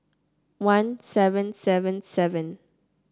one seven seven seven